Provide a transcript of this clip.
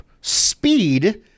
Speed